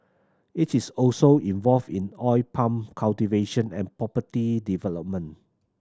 it is also involved in oil palm cultivation and property development